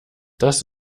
das